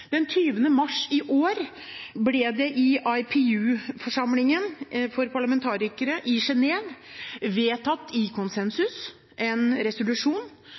20. mars i år ble det i IPU-forsamlingen for parlamentarikere i Genève vedtatt i konsensus en resolusjon